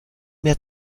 mehr